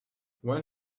when